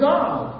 God